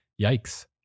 Yikes